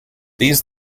these